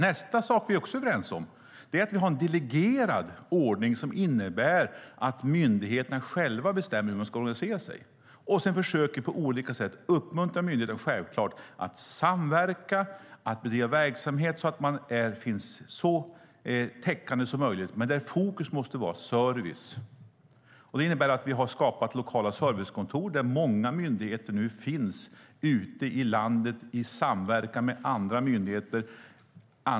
Nästa sak vi också är överens om är att vi har en delegerad ordning som innebär att myndigheterna själva bestämmer hur de ska organisera sig. Sedan försöker vi självklart på olika sätt uppmuntra myndigheterna att samverka, att bedriva verksamhet så att man är så täckande som möjligt men där fokus måste vara service. Det innebär att vi har skapat lokala servicekontor där många myndigheter finns ute i landet i samverkan med andra myndigheter.